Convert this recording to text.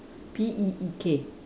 P E E K